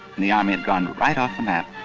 and the army had gone right off the map,